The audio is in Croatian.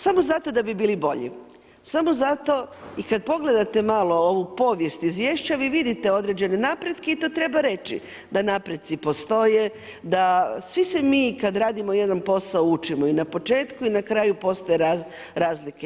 Samo zato da bi bili bolji, samo zato i kad pogledate malo ovu povijest izvješća, vi vidite određene napretke i to treba reći da napreci postoje, da svi se mi kad radimo jedan posao učimo, i na početku i na kraju postoje razlike.